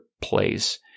place